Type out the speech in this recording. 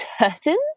certain